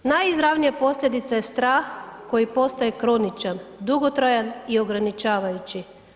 Najizravnija posljedica je strah koji postaje kroničan, dugotrajan i ograničavajući.